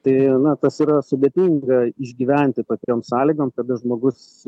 tai na tas yra sudėtinga išgyventi patiem sąlygom kada žmogus